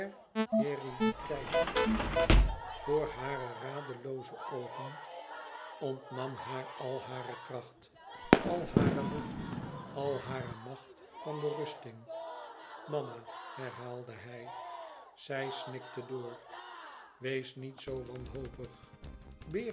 herediteit voor hare radelooze oogen ontnam haar al hare kracht al haren moed al hare macht van berusting mama herhaalde hij zij snikte door wees niet zoo wanhopig